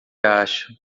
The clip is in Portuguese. acha